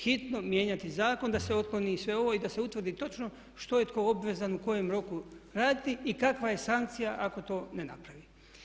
Hitno mijenjati zakon da se otkloni i sve ovo i da se utvrdi točno što je tko obvezan u kojem roku raditi i kakva je sankcija ako to ne napravi.